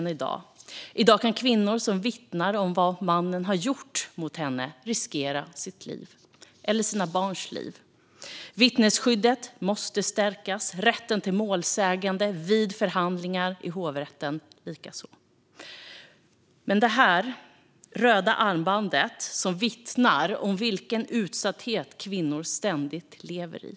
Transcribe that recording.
I dag kan en kvinna som vittnar om vad mannen har gjort mot henne riskera sitt liv eller sina barns liv. Vittnesskyddet måste stärkas, rätten till målsägande vid förhandling i hovrätten likaså. Det röda armbandet jag bär vittnar om vilken utsatthet kvinnor ständigt lever i.